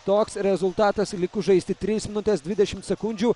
toks rezultatas likus žaisti tris minutes dvidešim sekundžių